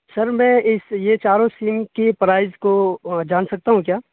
سر میں اس یہ چاروں سیم کی پرائز کو جان سکتا ہوں کیا